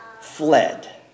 fled